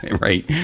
Right